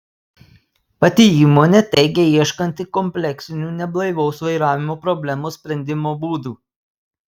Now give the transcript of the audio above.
pati įmonė teigia ieškanti kompleksinių neblaivaus vairavimo problemos sprendimo būdų